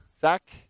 Zach